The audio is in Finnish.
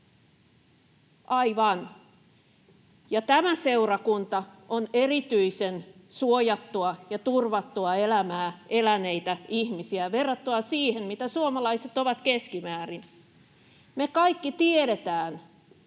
Aivan, ja tämä seurakunta on erityisen suojattua ja turvattua elämää eläneitä ihmisiä verrattuna siihen, mitä suomalaiset ovat keskimäärin. Me kaikki tiedetään,